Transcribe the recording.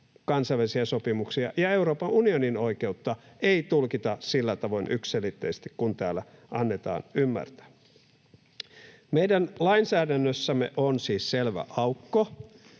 kansainvälisiä sopimuksia ja Euroopan unionin oikeutta ei tulkita sillä tavoin yksiselitteisesti kuin täällä annetaan ymmärtää. Meidän lainsäädännössämme on siis selvä aukko.